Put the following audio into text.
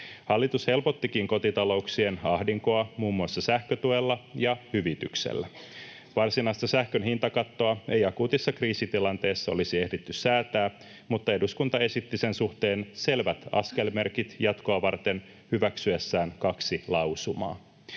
Hallitus helpottikin kotitalouksien ahdinkoa muun muassa sähkötuella ja -hyvityksellä. Varsinaista sähkön hintakattoa ei akuutissa kriisitilanteessa olisi ehditty säätää, mutta eduskunta esitti sen suhteen selvät askelmerkit jatkoa varten hyväksyessään kaksi lausumaa.